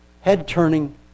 head-turning